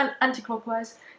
anti-clockwise